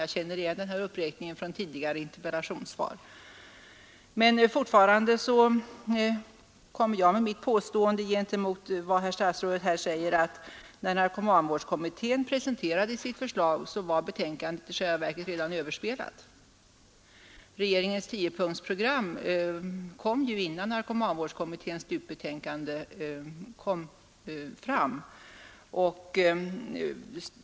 Jag känner igen den här uppräkningen från tidigare interpellationssvar. Men fortfarande påstår jag gentemot vad statsrådet här säger att när narkomanvårdskommittén presenterade sitt förslag var betänkandet i själva verket redan överspelat. Regeringens tiopunktsprogram kom ju innan narkomanvårdskommitténs betänkande lades fram.